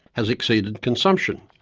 has exceeded consumption.